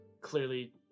clearly